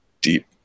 deep